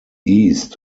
east